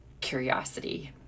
curiosity